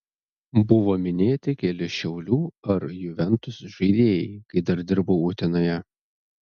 buvo minėti keli šiaulių ar juventus žaidėjai kai dar dirbau utenoje